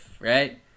right